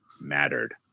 mattered